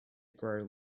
grow